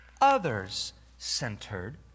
others-centered